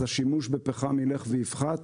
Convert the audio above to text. השימוש בפחם ילך ויפחת,